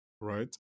right